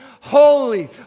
Holy